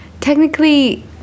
technically